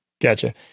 Gotcha